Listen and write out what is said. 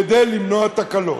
כדי למנוע תקלות.